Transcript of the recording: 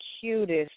cutest